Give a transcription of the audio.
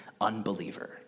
unbeliever